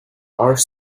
are